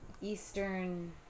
eastern